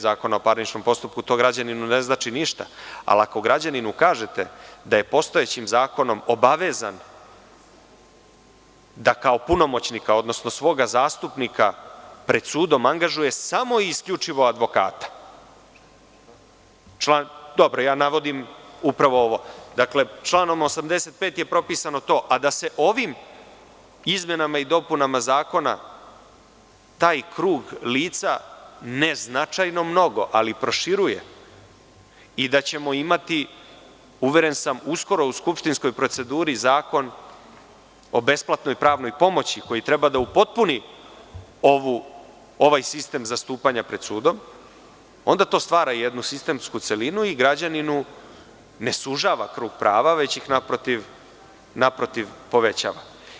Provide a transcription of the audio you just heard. Zakona o parničnom postupku to građaninu ne znači ništa, ali ako građaninu kažete da je postojećim zakonom obavezan da kao punomoćnika, odnosno svoga zastupnika pred sudom angažuje samo i isključivo advokata, navodim upravo ovo, dakle, članom 85. je propisano to, a da se ovim izmenama i dopunama zakona taj krug lica ne značajno mnogo, ali proširuje i da ćemo imati, uveren sam, uskoro u skupštinskoj proceduri zakon o besplatnoj pravnoj pomoći koji treba da upotpuni ovaj sistem zastupanja pred sudom, onda to stvara jednu sistemsku celinu i građaninu ne sužava krug prava već ih naprotiv povećava.